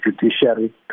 judiciary